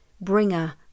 bringer